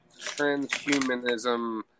transhumanism